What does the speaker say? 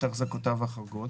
את החזקותיו החורגות,